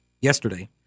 yesterday